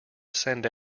send